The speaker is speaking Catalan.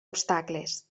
obstacles